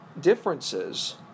differences